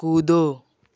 कूदो